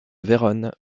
vérone